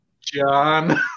John